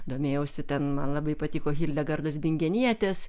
domėjausi ten man labai patiko hildegardos bingenietės